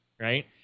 Right